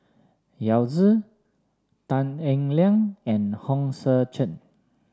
Yao Zi Tan Eng Liang and Hong Sek Chern